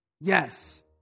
yes